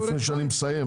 לפני שאני מסיים,